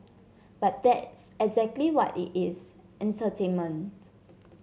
but that's exactly what it is entertainment